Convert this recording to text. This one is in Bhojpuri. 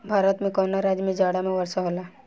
भारत के कवना राज्य में जाड़ा में वर्षा होला?